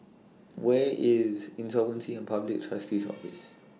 Where IS Insolvency and Public Trustee's Office